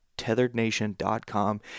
tetherednation.com